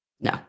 No